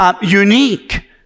unique